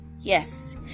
Yes